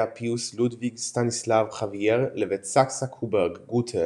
פיוס לודוויג סטאניסלב חבייר לבית סקסה קובורג גותה